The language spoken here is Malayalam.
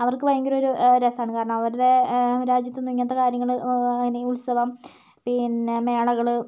അവർക്ക് ഭയങ്കര ഒരു രസമാണ് കാരണം അവരുടെ രാജ്യത്ത് ഒന്നും ഇങ്ങനത്തെ കാര്യങ്ങൾ അല്ലെങ്കിൽ ഉത്സവം പിന്നെ മേളകള്